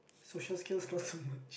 social skills not so much